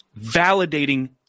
validating